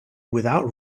without